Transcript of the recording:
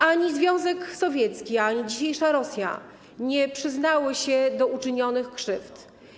Ani Związek Sowiecki, ani dzisiejsza Rosja nie przyznały się do wyrządzonych krzywd.